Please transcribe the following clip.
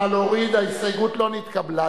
ההסתייגות לא נתקבלה.